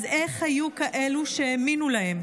אז איך היו כאלה שהאמינו להן?